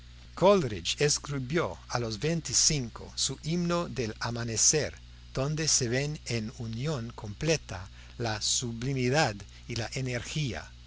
coleridge escribió a los veinticinco su himno del amanecer donde se ven en unión completa la sublimidad y la energía